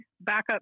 backup